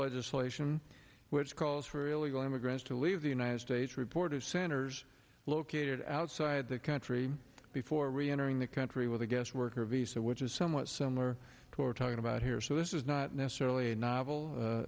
legislation which calls for illegal immigrants to leave the united states reported centers located outside the country before reentering the country with a guest worker visa which is somewhat similar to are talking about here so this is not necessarily a